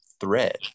thread